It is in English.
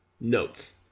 Notes